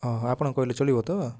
ହଁ ଆପଣ କହିଲେ ଚଳିବ ତ